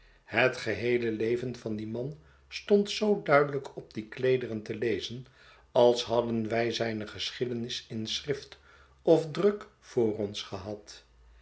het geheele leven van dien man stond zoo duidelijk op die kleederen te lezen als hadden wij zijne geschiedenis in schrift of druk voor ons gehad